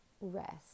rest